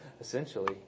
essentially